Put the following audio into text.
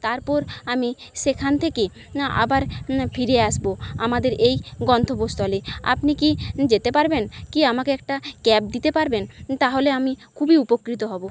তারপর আমি সেখান থেকে আবার ফিরে আসব আমাদের এই গন্তব্যস্থলে আপনি কি যেতে পারবেন কি আমাকে একটা ক্যাব দিতে পারবেন তাহলে আমি খুবই উপকৃত হব